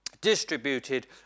distributed